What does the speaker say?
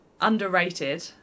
underrated